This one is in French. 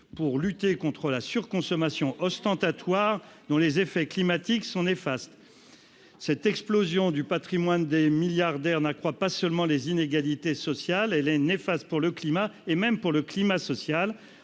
de lutter contre la surconsommation ostentatoire, dont les effets climatiques sont néfastes. L'explosion du patrimoine des milliardaires n'accroît pas seulement les inégalités sociales : elle est néfaste pour le climat, et même pour le climat social.